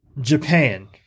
Japan